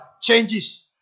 changes